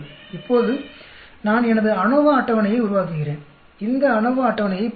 இப்போது நான் எனது அநோவா அட்டவணையை உருவாக்குகிறேன் இந்த அநோவா அட்டவணையைப் பாருங்கள்